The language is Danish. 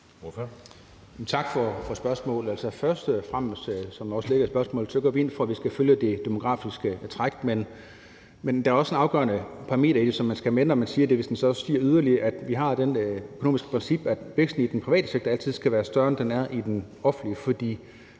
Tak for spørgsmålet. Først og fremmest – for at svare på det, der også ligger i spørgsmålet – går vi ind for, at vi skal følge det demografiske træk, men der er også en afgørende parameter i det, som man skal have med, når man siger det, altså hvis det så også stiger yderligere, nemlig at vi har det økonomiske princip, at væksten i den private sektor altid skal være større, end den er i den offentlige